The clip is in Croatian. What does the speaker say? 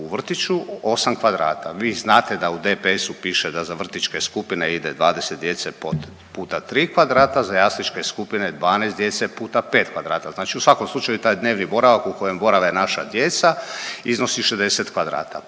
u vrtiću osam kvadrata. Vi znate da u DPS-u piše da za vrtićke skupine ide 20 djece puta tri kvadrata, za jasličke skupine 12 djece puta pet kvadrata u svakom slučaju taj dnevni boravak u kojem borave naša djeca iznosi 60 kvadrata,